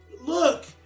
Look